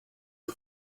the